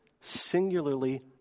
singularly